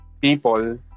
people